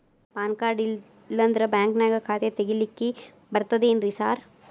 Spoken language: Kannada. ಪಾನ್ ಕಾರ್ಡ್ ಇಲ್ಲಂದ್ರ ಬ್ಯಾಂಕಿನ್ಯಾಗ ಖಾತೆ ತೆಗೆಲಿಕ್ಕಿ ಬರ್ತಾದೇನ್ರಿ ಸಾರ್?